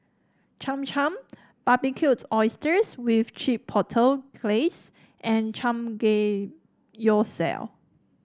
Cham Cham Barbecued Oysters with Chipotle Glaze and Samgeyopsal